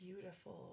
beautiful